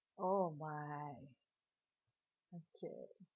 oh my okay